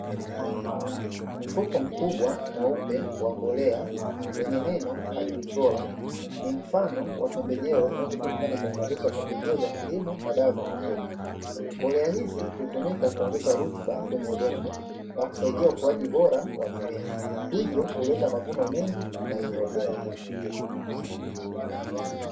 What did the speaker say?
Mfuko mkubwa mweupe wa mbolea wenye neno"Agri fora",ni mfano wa pembejeo zinazopatikana katika maduka ya pembejeo za kilimo na dawa za mifugo. Mbolea hizi husaidia kutumika kuongeza rutuba kwenye udongo na kusaidia ukuaji bora wa mimea, hivyo huleta mavuno mengi na yenye ubora.